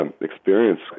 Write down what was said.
experience